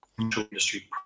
industry